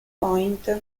point